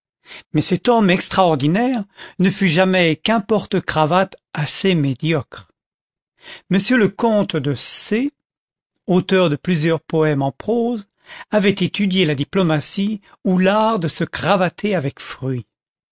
mais cet homme extraordi naire ne fut jamais qu'un porte cravate assez médiocre m le vicomte de c auteur de plusieurs poèmes en prose avait étudié la diplomatie ou l'art de se cravater avec fruit